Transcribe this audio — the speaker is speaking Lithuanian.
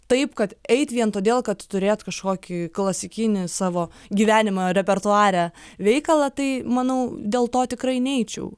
taip kad eit vien todėl kad turėt kažkokį klasikinį savo gyvenimo repertuare veikalą tai manau dėl to tikrai neičiau